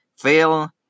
fail